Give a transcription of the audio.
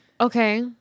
okay